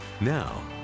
Now